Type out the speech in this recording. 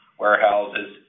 warehouses